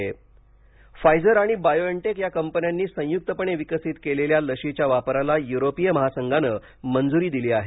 Europe corona Pfizer आणि BioNTech या कंपन्यांनी संयुक्तपणे विकसित केलेल्या लशीच्या वापराला युरोपीय महासंघानं मंजुरी दिली आहे